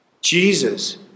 Jesus